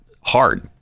hard